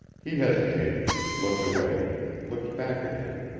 he hesitated, looked away, looked back again.